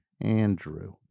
Andrew